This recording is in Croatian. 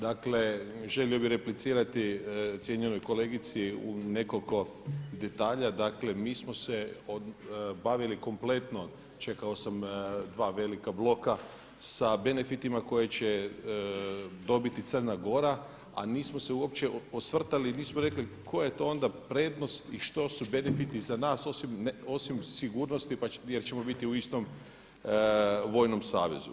Dakle želio bih replicirati cijenjenoj kolegici u nekoliko detalja, dakle mi smo se bavili kompletno, čekao sam dva velika bloka sa benefitima koje će dobiti Crna Gora a nismo se uopće osvrtali, nismo rekli koja je to onda prednost i što su benefiti za nas osim sigurnosti jer ćemo biti u istom vojnom savezu.